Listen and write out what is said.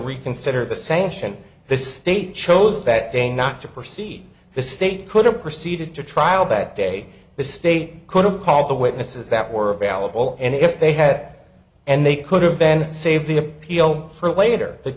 reconsider the sanction the state chose that day not to proceed the state could have proceeded to trial that day the state could have called the witnesses that were available and if they had and they could have then save the appeal for later the